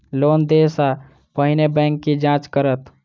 Loan देय सा पहिने बैंक की जाँच करत?